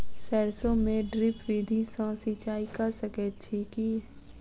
सैरसो मे ड्रिप विधि सँ सिंचाई कऽ सकैत छी की?